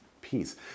peace